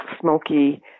smoky